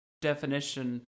definition